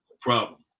problem